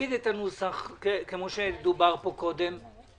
תגיד את זה כאן, זה